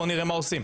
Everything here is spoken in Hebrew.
בוא ונראה מה עושים.